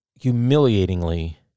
humiliatingly